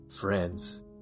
friends